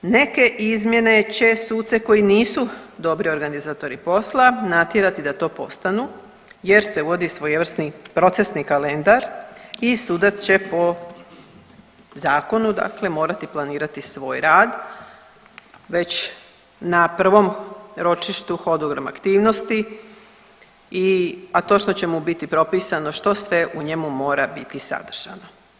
Neke izmjene će suce koji nisu dobri organizatori posla natjerati da to postanu jer se vodi svojevrsni procesni kalendar i sudac će po zakonu dakle morati planirati svoj rad, već na prvom ročištu hodogram aktivnosti i, a to što će mu biti propisano što sve u njemu mora biti sadržano.